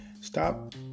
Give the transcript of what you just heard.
stop